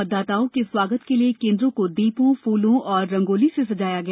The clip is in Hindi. मतदाताओं के स्वागत के लिए केन्द्रों को दीपों फूलों और रंगोली से सजाया गया